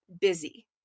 busy